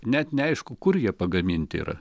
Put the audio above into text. net neaišku kur jie pagaminti yra